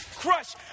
crush